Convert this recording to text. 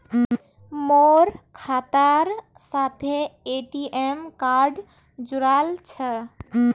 मोर खातार साथे ए.टी.एम कार्ड जुड़ाल छह